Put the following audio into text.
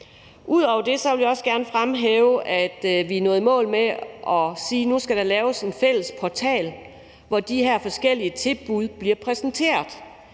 Ud over det vil jeg også gerne fremhæve, at vi er nået i mål med, at der nu skal laves en fælles portal, hvor de her forskellige tilbud bliver præsenteret.